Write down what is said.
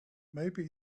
maybe